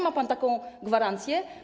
Ma pan taką gwarancję?